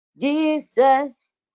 Jesus